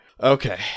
Okay